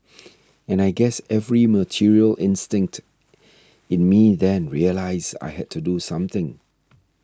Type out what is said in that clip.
and I guess every material instinct in me then realised I had to do something